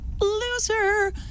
loser